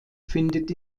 findet